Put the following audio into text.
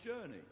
journey